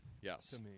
Yes